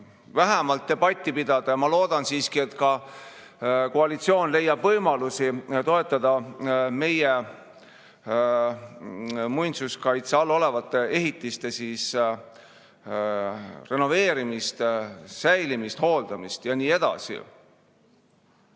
selle üle debatti pidada. Ma loodan siiski, et koalitsioon leiab võimalusi toetada meie muinsuskaitse all olevate ehitiste renoveerimist, säilimist, hooldamist ja nii edasi.